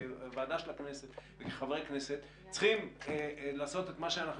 כוועדה של הכנסת וכחברי כנסת צריכים לעשות את מה שאנחנו